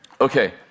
Okay